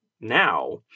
now